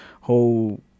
whole